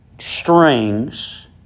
Strings